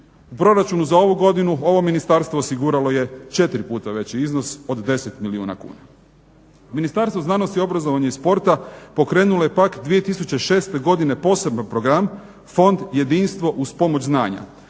Proračun za ovu godinu ovom ministarstvu osiguralo je četiri puta veći iznos od 10 milijuna kuna. Ministarstvo znanosti, obrazovanja i sporta pokrenulo je pak 2006. godine posebno program fond jedinstvo uz pomoć znanja